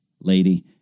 lady